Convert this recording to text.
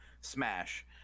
smash